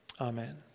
Amen